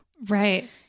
Right